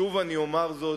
שוב אני אומר זאת,